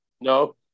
no